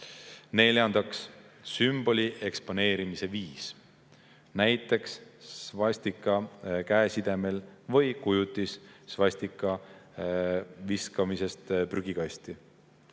Neljandaks, sümboli eksponeerimise viis, näiteks svastika käesidemel või kujutis svastika viskamisest prügikasti.